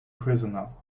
prisoner